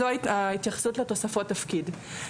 זו ההתייחסות לתוספות תפקיד.